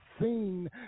seen